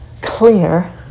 clear